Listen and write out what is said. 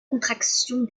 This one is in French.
contraction